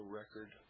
record